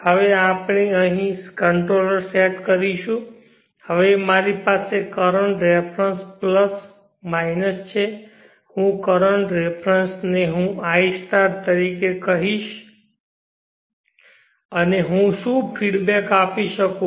હવે આપણે અહીં કંટ્રોલર સેટ કરીશું હવે મારી પાસે કરંટ રેફરન્સ પ્લસ માઇનસ છે હું કરન્ટ રિફેરન્સ ને હું i તરીકે કહીશ અને હું શું ફીડબેક આપી શકું